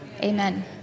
Amen